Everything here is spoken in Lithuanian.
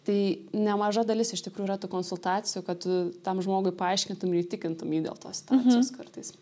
tai nemaža dalis iš tikrųjų yra tų konsultacijų kad tam žmogui paaiškintum ir įtikintum jį dėl tos situacijos kartais